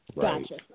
Gotcha